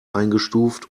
eingestuft